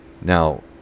Now